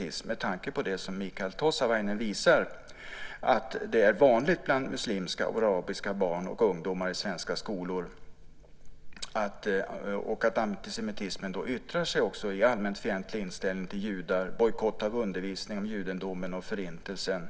Jag gjorde det med tanke på det som Mikael Tossavainen visar om att antisemitism är vanlig bland muslimska och arabiska barn och ungdomar i svenska skolor och att den yttrar sig i allmänt fientlig inställning till judar, bojkott av undervisning om judendomen och Förintelsen,